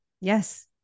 Yes